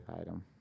item